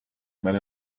many